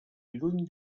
lluny